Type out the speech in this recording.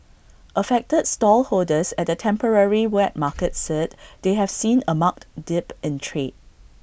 affected stallholders at the temporary wet market said they have seen A marked dip in trade